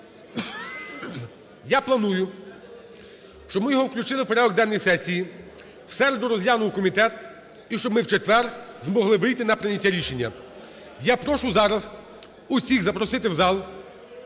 Я планую, щоб ми його включили в порядок денний сесії, в середу розглянув комітет, і щоб ми в четвер змогли вийти на прийняття рішення. Я прошу зараз усіх запросити в зал,